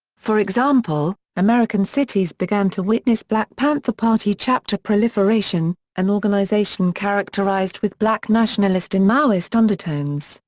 for example, american cities began to witness black panther party chapter proliferation, an organization characterized with black nationalist and maoist undertones,